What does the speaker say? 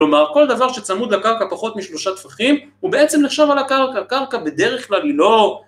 כלומר, כל דבר שצמוד לקרקע פחות משלושה טפחים, הוא בעצם נחשב על הקרקע, קרקע בדרך כלל היא לא.